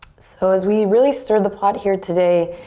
so as we really stir the pot here today,